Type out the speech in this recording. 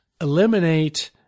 eliminate